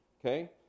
Okay